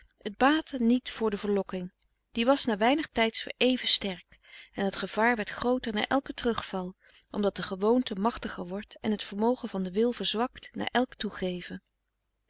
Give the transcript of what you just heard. het baatte niet voor de verlokking die was na weinig tijds weer even sterk en het gevaar werd grooter na elken terugval omdat de gewoonte machtiger wordt en het vermogen van den wil verzwakt na elk toegeven